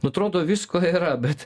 nu atrodo visko yra bet